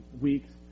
weeks